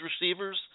receivers